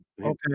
okay